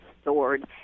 stored